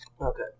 Okay